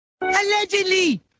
Allegedly